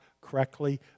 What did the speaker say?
correctly